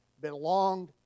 belonged